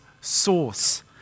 source